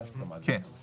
מה